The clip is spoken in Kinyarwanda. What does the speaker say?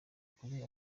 kure